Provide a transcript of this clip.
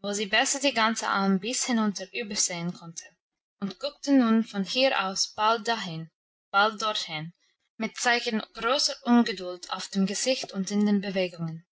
wo sie besser die ganze alm bis hinunter übersehen konnte und guckte nun von hier aus bald dahin bald dorthin mit zeichen großer ungeduld auf dem gesicht und in den bewegungen